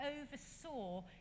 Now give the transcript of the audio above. oversaw